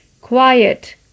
quiet